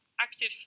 active